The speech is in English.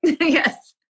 yes